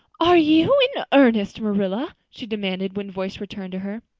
are you in earnest, marilla? she demanded when voice returned to her.